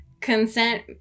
consent